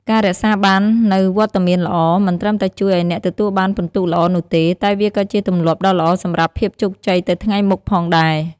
ការរក្សាបាននូវវត្តមានល្អ មិនត្រឹមតែជួយឱ្យអ្នកទទួលបានពិន្ទុល្អនោះទេ តែវាក៏ជាទម្លាប់ដ៏ល្អសម្រាប់ភាពជោគជ័យទៅថ្ងៃមុខផងដែរ។